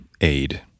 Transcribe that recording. aid